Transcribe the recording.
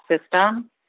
system